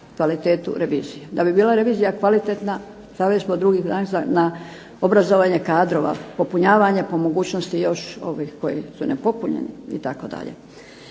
kvalitetu revizije. Da bi bila revizija kvaliteta stavili smo drugi naglasak na obrazovanje kadrova, popunjavanje po mogućnosti još ovih koji su nepopunjeni itd.